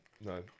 No